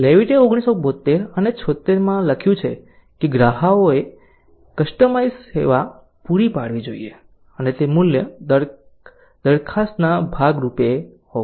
લેવિટે 1972 અને 76 માં લખ્યું છે કે ગ્રાહાઓ ને કસ્ટમાઇઝ સેવા પૂરી પાડવી જોઈએ અને તે મૂલ્ય દરખાસ્તના ભાગરૂપે હોવું જોઈએ